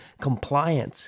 compliance